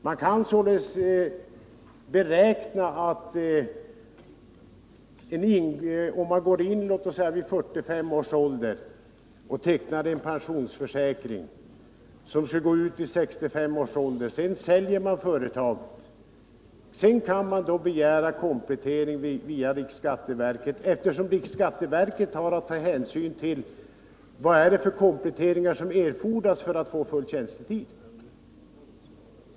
Låt oss säga att man går in vid 45 års ålder och tecknar en pensionsförsäkring som skall utfalla vid 65 års ålder och sedan säljer företaget. Då kan man begära en komplettering via riksskatteverket eftersom verket har att ta hänsyn till vad det är för kompletteringar som erfordras för att få full tjänstetid.